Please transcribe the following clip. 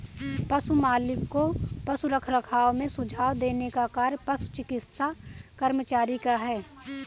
पशु मालिक को पशु रखरखाव में सुझाव देने का कार्य पशु चिकित्सा कर्मचारी का है